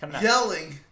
yelling